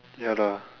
ya lah